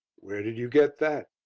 where did you get that?